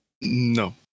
No